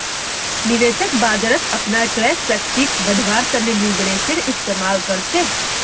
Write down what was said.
निवेशक बाजारत अपनार क्रय शक्तिक बढ़व्वार तने लीवरेजेर इस्तमाल कर छेक